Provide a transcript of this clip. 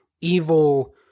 evil